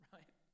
Right